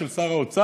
של שר האוצר,